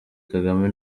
kagame